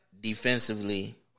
defensively